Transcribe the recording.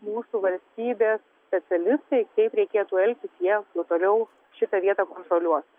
mūsų valstybės specialistai kaip reikėtų elgtis jie toliau šitą vietą kontroliuos